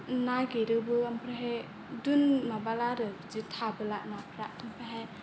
नागेरोबो ओमफ्रायहाय दोन माबाला आरो बिदि थाबोला नाफ्रा ओमफ्रायहाय